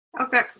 okay